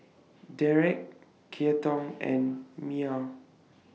Dereck Keaton and Mia